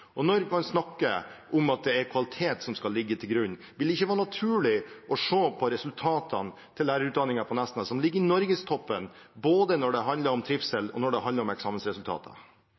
Og når man snakker om at det er kvalitet som skal ligge til grunn – vil det ikke da være naturlig å se på resultatene til lærerutdanningen på Nesna, som ligger i norgestoppen både når det handler om trivsel, og når det handler om eksamensresultater?